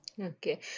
Okay